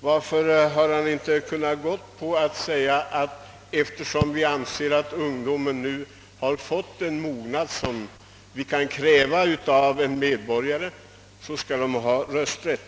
Varför inte säga, att eftersom ungdomen nu har fått den mognad som vi kan kräva av en medborgare skall den ha rösträtt?